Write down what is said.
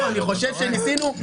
אני חושב שניסינו,